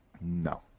No